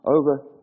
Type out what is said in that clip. over